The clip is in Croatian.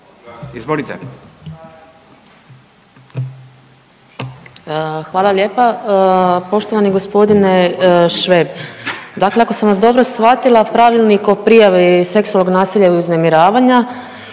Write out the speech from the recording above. Hvala lijepa. Poštovani g. Šveb, dakle ako sam vas dobro shvatila Pravilnik o prijavi seksualnog nasilja i uznemiravanja